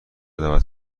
دعوت